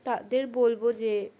তাদের বলবো যে